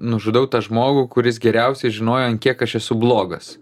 nužudau tą žmogų kuris geriausiai žinojo ant kiek aš esu blogas